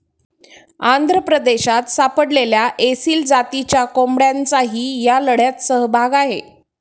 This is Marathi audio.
आंध्र प्रदेशात सापडलेल्या एसील जातीच्या कोंबड्यांचाही या लढ्यात सहभाग आहे